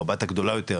או הבת הגדולה יותר,